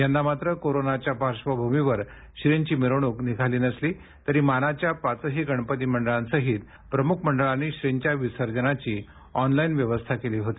यंदा मात्र कोरोनाच्या पार्श्वभ्रमीवर श्री ची मिरवणूक निघाली नसली तरी मानाच्या पाचही गणपती मंडळांसहीत प्रमुख मंडळांनी श्रीं च्या विसर्जनाची ऑनलाईन व्यवस्था केली होती